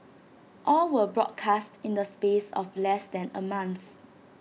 all were broadcast in the space of less than A month